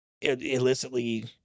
illicitly